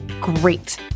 Great